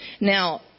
now